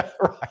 Right